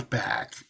back